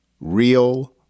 real